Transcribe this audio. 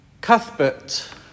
Cuthbert